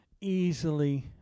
easily